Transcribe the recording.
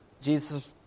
Jesus